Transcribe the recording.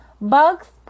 Bugs